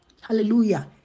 Hallelujah